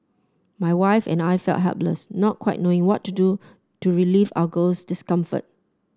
my wife and I felt helpless not quite knowing what to do to relieve our girl's discomfort